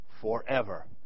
forever